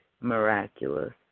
miraculous